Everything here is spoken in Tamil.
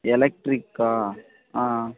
எலக்ட்ரிக்கா ஆ